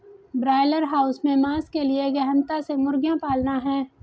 broiler house में मांस के लिए गहनता से मुर्गियां पालना है